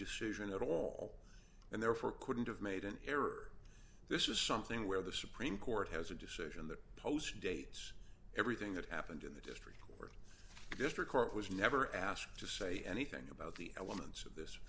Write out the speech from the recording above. decision at all and therefore couldn't have made an error this is something where the supreme court has a decision that post dates everything that happened in the district court was never asked to say anything about the elements of this